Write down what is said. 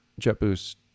JetBoost